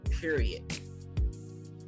period